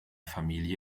familie